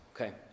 okay